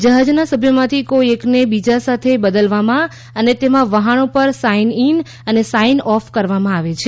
જહાજના સભ્યોમાંથી કોઈ એકને બીજા સાથે બદલવામાં અને તેમાં વહાણો પર સાઇન ઇન અને સાઇન ઑફ કરવામાં આવે છે